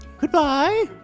Goodbye